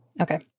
okay